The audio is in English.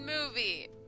movie